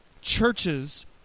churches